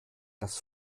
das